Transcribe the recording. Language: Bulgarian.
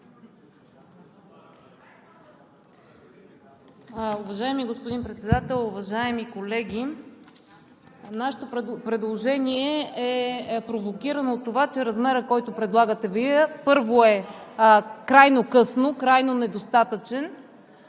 Уважаеми господин Председател, уважаеми колеги! Нашето предложение е провокирано от това, че размерът, който предлагате Вие, първо, е крайно късно, крайно недостатъчен.